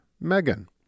Megan